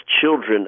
children